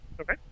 okay